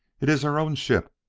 it iss our own ship,